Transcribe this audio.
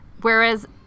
Whereas